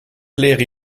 leren